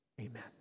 Amen